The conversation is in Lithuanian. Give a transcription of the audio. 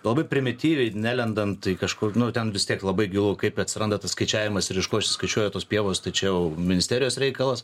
labai primityviai nelendant į kažkur nu ten vis tiek labai gilu kaip atsiranda tas skaičiavimas ir iš ko išsiskaičiuoja tos pievos tai čia jau ministerijos reikalas